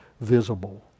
visible